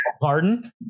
Pardon